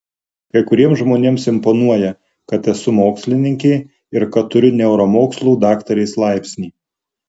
kai kuriems žmonėms imponuoja kad esu mokslininkė ir kad turiu neuromokslų daktarės laipsnį